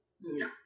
No